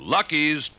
Lucky's